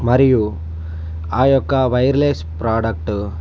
మరియు ఆ యొక్క వైర్లెస్ ప్రోడక్ట్